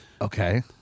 Okay